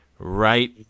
Right